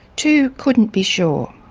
two couldn't be sure.